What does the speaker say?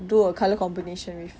do a colour combination with